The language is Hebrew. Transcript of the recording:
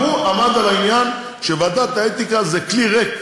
גם הוא עמד על העניין שוועדת האתיקה זה כלי ריק,